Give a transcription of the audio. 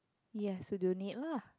yes so do you need lah